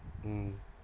mm